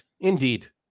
indeed